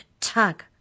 tug